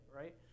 right